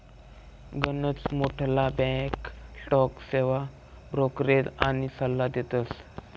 गनच मोठ्ठला back stock सेवा ब्रोकरेज आनी सल्ला देतस